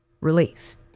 release